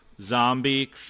zombie